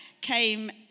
came